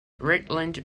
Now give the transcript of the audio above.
rutland